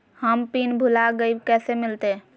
हम पिन भूला गई, कैसे मिलते?